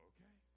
Okay